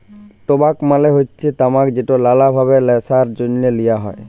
টবাক মালে হচ্যে তামাক যেট লালা ভাবে ল্যাশার জ্যনহে লিয়া হ্যয়